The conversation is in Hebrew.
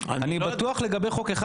אני בטוח לגבי חוק אחד.